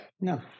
no